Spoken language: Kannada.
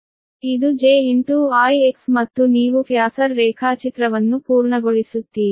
ಇದು j IX ಮತ್ತು ನೀವು ಫ್ಯಾಸರ್ ರೇಖಾಚಿತ್ರವನ್ನು ಪೂರ್ಣಗೊಳಿಸುತ್ತೀರಿ